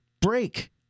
break